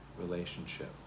relationship